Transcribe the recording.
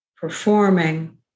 performing